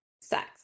sex